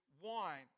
wine